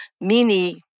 mini